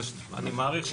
אני מעריך,